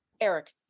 Eric